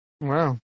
wow